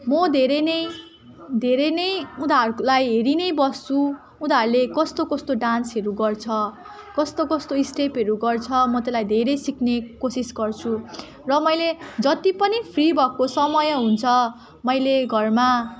म धेरै नै धेरै नै उनीहरूकोलाई हेरी नै बस्छु उनीहरूले कस्तो कस्तो डान्सहरू गर्छ कस्तो कस्तो स्टेपहरू गर्छ म त्यसलाई धेरै सिक्ने कोसिस गर्छु र मैले जति पनि प्री भएको समय हुन्छ मैले घरमा